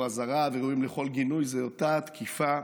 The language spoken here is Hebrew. אזהרה וראויים לכל גינוי הוא אותה תקיפה